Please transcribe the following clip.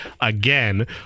again